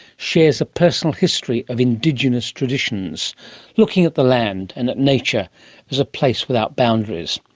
shares a personal history of indigenous traditions looking at the land and at nature as a place without boundaries.